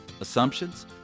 assumptions